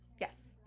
Yes